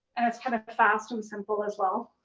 and it's kind of fast and simple as well.